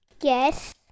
Yes